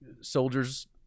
soldiers